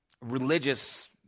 religious